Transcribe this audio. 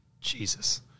Jesus